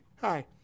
Hi